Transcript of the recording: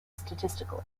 statistical